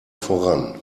voran